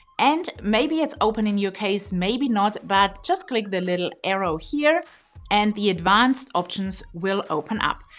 and maybe it's open in your case, maybe not, but just click the little arrow here and the advanced options will open up.